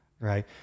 Right